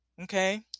Okay